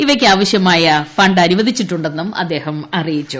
ഇവയ്ക്ക് ആവശ്യമായ ഫ ് അനുവദിച്ചിട്ടുള് ന്നും അദ്ദേഹം അറിയിച്ചു